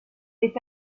est